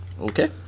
Okay